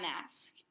mask